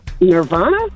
Nirvana